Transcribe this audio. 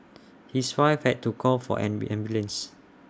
his wife had to call for an ambulance